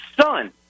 son